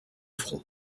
front